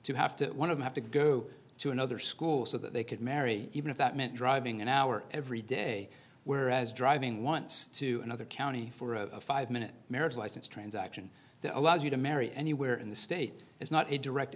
to have to one of them have to go to another school so that they could marry even if that meant driving an hour every day whereas driving want to another county for a five minute marriage license transaction that allows you to marry anywhere in the state is not a direct